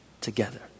together